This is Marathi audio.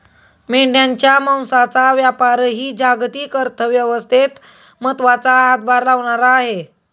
मेंढ्यांच्या मांसाचा व्यापारही जागतिक अर्थव्यवस्थेत महत्त्वाचा हातभार लावणारा आहे